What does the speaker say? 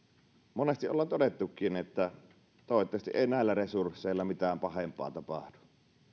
monesti ollaan todettukin että toivottavasti ei näillä resursseilla mitään pahempaa tapahdu